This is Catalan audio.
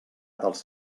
dels